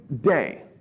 day